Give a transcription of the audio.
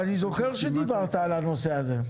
אני זוכר שדיברת על הנושא הזה.